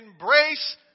embrace